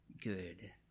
good